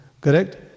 Correct